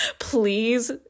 Please